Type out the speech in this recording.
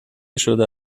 شده